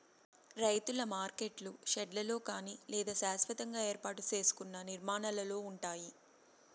రైతుల మార్కెట్లు షెడ్లలో కానీ లేదా శాస్వతంగా ఏర్పాటు సేసుకున్న నిర్మాణాలలో ఉంటాయి